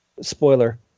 spoiler